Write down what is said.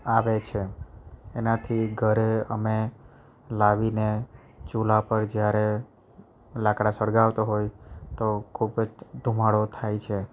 આવે છે એનાથી ઘરે અમે લાવીને ચૂલા પર જ્યારે લાકડાં સળગાવતો હોય તો ખૂબ જ ધુમાડો થાય છે